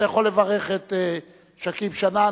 אתה יכול לברך את שכיב שנאן,